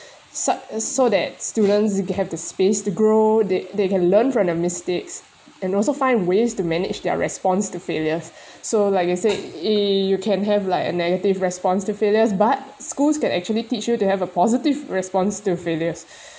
such as so that students can have the space to grow they they can learn from their mistakes and also find ways to manage their response to failures so like I said eh you can have like a negative response to failures but schools can actually teach you to have a positive response through failures